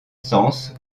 sens